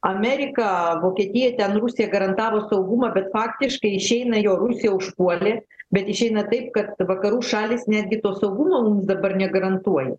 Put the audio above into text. amerika vokietija ten rusija garantavo saugumą bet faktiškai išeina jo rusij užpuolė bet išeina taip kad vakarų šalys netgi to saugumo mums dabar negarantuoja